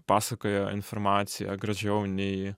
pasakojo informaciją gražiau nei